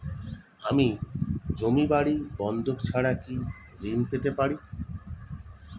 আমি জমি বাড়ি বন্ধক ছাড়া কি ঋণ পেতে পারি?